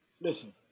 Listen